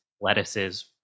lettuces